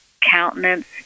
countenance